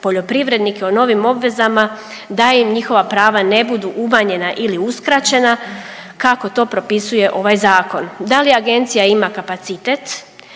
poljoprivrednike o novim obvezama da im njihova prava ne budu umanjena ili uskraćena kao to propisuje ovaj zakon. Da li agencija ima kapacitet,